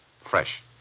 fresh